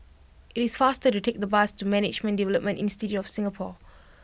it is faster to take the bus to Management Development institute of Singapore